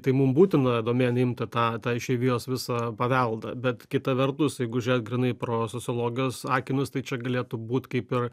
tai mum būtina domėn imti tą tą išeivijos visą paveldą bet kita vertus jeigu žiūrėt grynai pro sociologijos akinius tai čia galėtų būt kaip ir